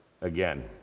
again